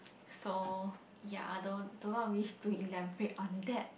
so ya I don't I do not wish to elaborate on that